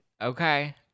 Okay